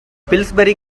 pillsbury